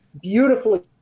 beautifully